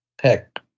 heck